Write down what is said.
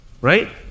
right